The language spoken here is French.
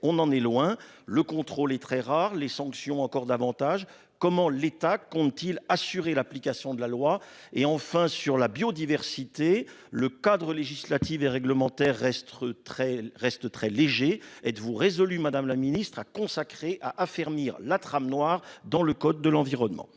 on en est loin. Le contrôle est très rare les sanctions encore davantage. Comment l'État compte-t-il assurer l'application de la loi et enfin sur la biodiversité. Le cadre législatif et réglementaire terrestre très reste très léger. Êtes-vous résolue, madame la ministre a consacré à affermir la trame noire dans le code de l'environnement.